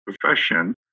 profession